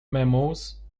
mammals